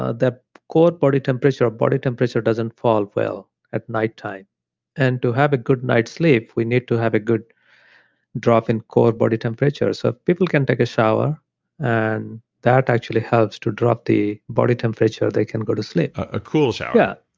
ah cold body temperature or body temperature doesn't fall well at night time and to have a good night sleep, we need to have a good drop in cold body temperature. so people can take a shower and that actually helps to drop the body temperature they can go to sleep. a cool shower. yeah.